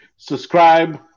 Subscribe